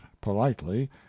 politely